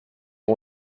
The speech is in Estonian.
osa